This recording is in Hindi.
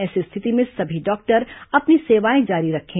ऐसी स्थिति में सभी डॉक्टर अपनी सेवाएं जारी रखें